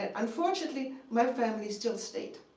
and unfortunately, my family still stayed.